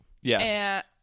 Yes